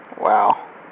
Wow